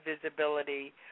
visibility